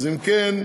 אז אם כן,